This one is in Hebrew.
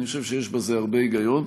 אני חושב שיש בזה הרבה היגיון,